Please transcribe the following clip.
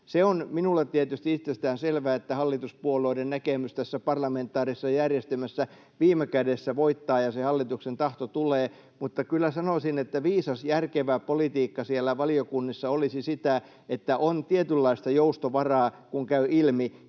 Se on minulle tietysti itsestäänselvää, että hallituspuolueiden näkemys tässä parlamentaarisessa järjestelmässä viime kädessä voittaa ja se hallituksen tahto tulee, mutta kyllä sanoisin, että viisas, järkevä politiikka siellä valiokunnissa olisi sitä, että on tietynlaista joustovaraa, kun tällaista